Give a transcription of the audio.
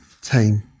team